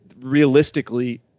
realistically